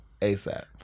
ASAP